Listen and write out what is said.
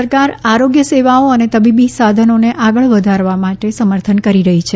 કેન્દ્ર સરકાર આરોગ્ય સેવાઓ અને તબીબી સાધનોને આગળ વધારવા માટે સમર્થન કરી રહી છે